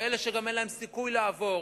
כאלה שגם אין להן סיכוי לעבור,